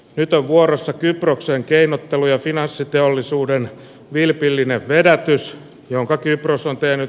nyt on vuorossa kyproksen keinottelu ja finanssiteollisuuden vilpillinen vedätys jonka kypros on pienet